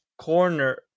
corner